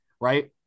right